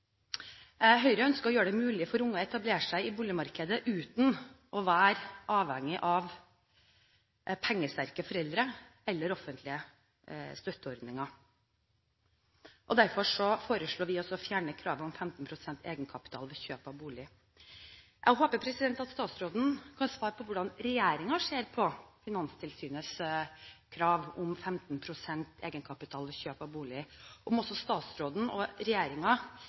Høyre ønsker å gjøre det mulig for unge å etablere seg i boligmarkedet uten å være avhengig av pengesterke foreldre eller offentlige støtteordninger. Derfor foreslår vi å fjerne kravet om 15 pst. egenkapital ved kjøp av bolig. Jeg håper at statsråden kan svare på hvordan regjeringen ser på Finanstilsynets krav om 15 pst. egenkapital ved kjøp av bolig. Ser ikke statsråden og